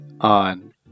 on